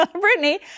Brittany